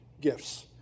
gifts